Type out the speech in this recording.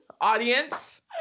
audience